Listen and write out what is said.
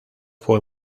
fue